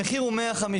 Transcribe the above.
המחיר הוא 150,